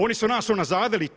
Oni su nas unazadili.